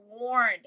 warned